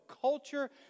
culture